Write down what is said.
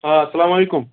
آ اسلام علیکُم